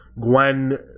Gwen